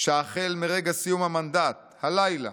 שהחל מרגע סיום המנדט, הלילה,